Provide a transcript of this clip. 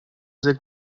sehr